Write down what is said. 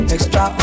Extra